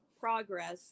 progress